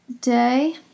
day